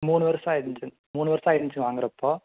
மூணு வருஷம் ஆகிடுச்சு மூணு வருஷம் ஆகிடுச்சுங்க வாங்கறப்போது